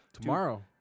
Tomorrow